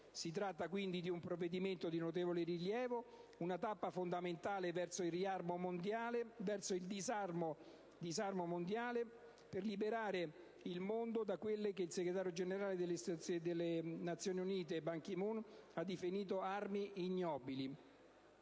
Si tratta quindi di un provvedimento di notevole rilievo, una tappa fondamentale verso il disarmo mondiale per liberare il mondo da quelle che il Segretario generale della Nazioni Unite, Ban Ki-moon, ha definito armi ignobili.